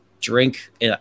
drink